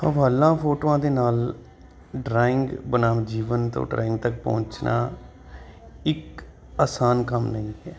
ਹਵਾਲਾ ਫੋਟੋਆਂ ਦੇ ਨਾਲ ਡਰਾਇੰਗ ਬਨਾਮ ਜੀਵਨ ਤੋਂ ਡਰਾਇੰਗ ਤੱਕ ਪਹੁੰਚਣਾ ਇੱਕ ਆਸਾਨ ਕੰਮ ਨਹੀਂ ਹੈ